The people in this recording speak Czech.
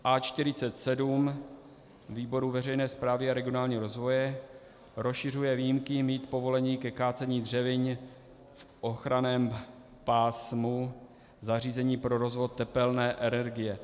A47 výboru veřejné správy a regionálního rozvoje rozšiřuje výjimky mít povolení ke kácení dřevin v ochranném pásmu v zařízení pro rozvod tepelné energie.